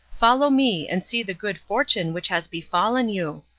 follow me and see the good fortune which has befallen you.